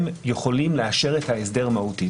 הם יכולים לאשר את ההסדר מהותית.